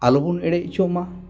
ᱟᱞᱚ ᱵᱚᱱ ᱮᱲᱮ ᱦᱚᱪᱚᱜ ᱢᱟ